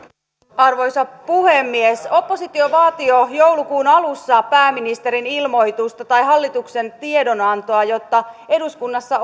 arvoisa puhemies oppositio vaati jo joulukuun alussa pääministerin ilmoitusta tai hallituksen tiedonantoa jotta eduskunnassa